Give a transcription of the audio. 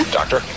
doctor